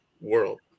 World